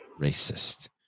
racist